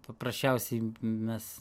paprasčiausiai mes